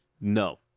no